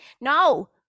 No